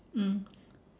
mm